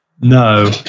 No